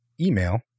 email